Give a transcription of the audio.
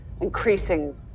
increasing